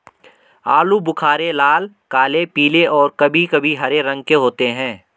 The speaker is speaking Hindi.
आलू बुख़ारे लाल, काले, पीले और कभी कभी हरे रंग के होते हैं